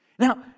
Now